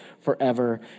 forever